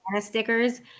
stickers